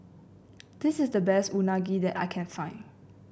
this is the best Unagi that I can find